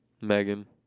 Megan